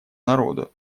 народу